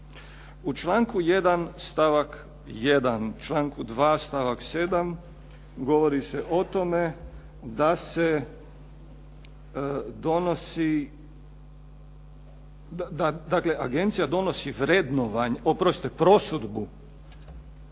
U članku 1. stavak 1., u članku 2. stavak 7. govori se o tome da se donosi, dakle, agencija donosi vrednovanje, oprostite prosudbu.